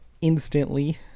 Instantly